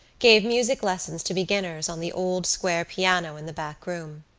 gave music lessons to beginners on the old square piano in the back room.